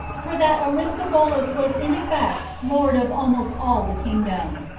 for that aristobulus was in effect lord of almost all the kingdom,